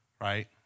right